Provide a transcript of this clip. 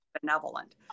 benevolent